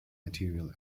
materiel